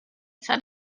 said